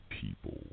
people